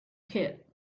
pit